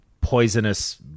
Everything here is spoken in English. poisonous